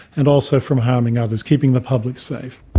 and also from harming others, keeping the public safe.